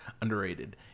underrated